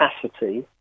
capacity